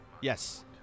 Yes